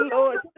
Lord